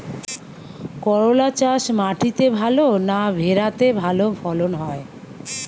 করলা চাষ মাটিতে ভালো না ভেরাতে ভালো ফলন হয়?